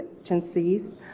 agencies